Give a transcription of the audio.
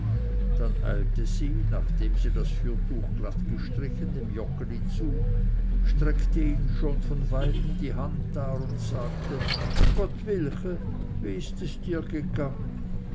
dann eilte sie nachdem sie das fürtuch glatt gestrichen dem joggeli zu streckte ihm schon von weitem die hand dar und sagte gottwilche wie ist es dir gegangen